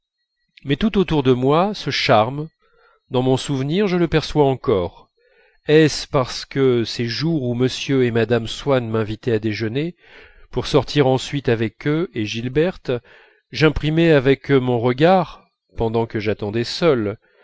mais tout autour de moi ce charme dans mon souvenir je le perçois encore est-ce parce que ces jours où m et mme swann m'invitaient à déjeuner pour sortir ensuite avec eux et gilberte j'imprimais avec mon regard pendant que j'attendais seul